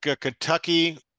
Kentucky